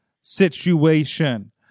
situation